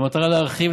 במטרה להרחיב,